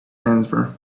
answer